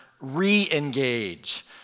re-engage